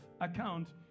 account